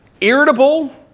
irritable